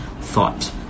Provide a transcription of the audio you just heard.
thought